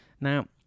now